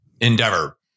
Endeavor